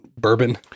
bourbon